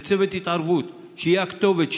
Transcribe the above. וצוות התערבות שיהיה הכתובת,